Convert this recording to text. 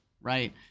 right